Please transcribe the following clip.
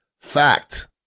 Fact